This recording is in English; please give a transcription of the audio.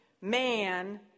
man